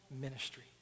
ministry